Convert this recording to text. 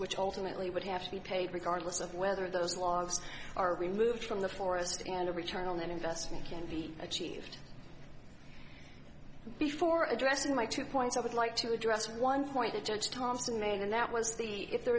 which ultimately would have to be paid regardless of whether those logs are removed from the forest and a return on investment can be achieved before addressing my two points i would like to address one point a judge thompson made and that was the if there